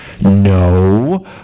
No